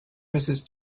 mrs